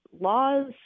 laws